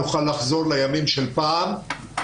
נוכל לחזור לימים של פעם.